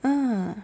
ah